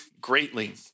greatly